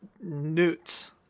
newts